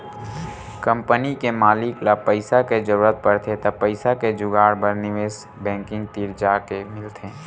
company के मालिक ल पइसा के जरूरत परथे त पइसा के जुगाड़ बर निवेस बेंकिग तीर जाके मिलथे